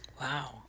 Wow